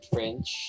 French